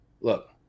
look